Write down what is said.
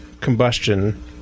combustion